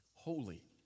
Holy